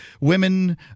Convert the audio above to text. women